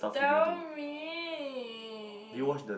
tell me